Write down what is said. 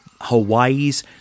hawaii's